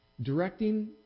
Directing